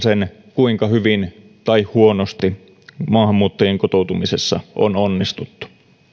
kuinka hyvin tai huonosti maahanmuuttajien kotoutumisessa on onnistuttu